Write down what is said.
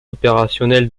opérationnel